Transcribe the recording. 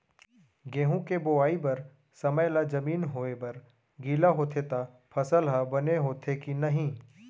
गेहूँ के बोआई बर समय ला जमीन होये बर गिला होथे त फसल ह बने होथे की नही?